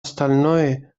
остальное